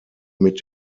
mit